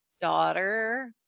daughter